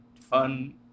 fun